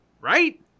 Right